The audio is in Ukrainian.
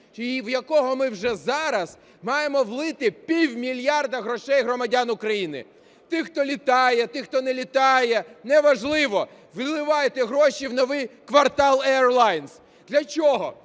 в якого ми вже зараз маємо влити пів мільярда грошей громадян України. Тих, хто літає, тих, хто не літає – неважливо. Вливайте гроші в новий "квартал airlines". Для чого?